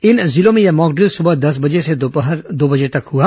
इन जिलों में यह मॉकड़िल सुबह दस बजे से दोपहर दो बजे तक हुआ